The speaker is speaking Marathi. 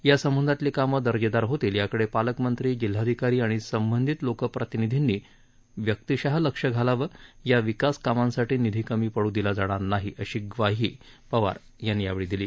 यासंबंधातली कामं दर्जेदार होतील याकडे पालकमंत्री जिल्हाधिकारी आणि संबंधित लोकप्रतिनिधींनी व्यक्तिशः लक्ष घालावं या विकासकामांसाठी निधी कमी पडू दिला जाणार नाही अशी ग्वाही पवार यांनी दिली